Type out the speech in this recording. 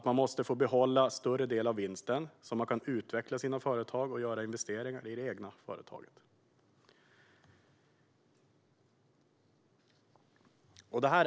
Man måste få behålla en större del av vinsten, så att man kan utveckla sitt företag och göra investeringar i det egna företaget. Det här är viktigt.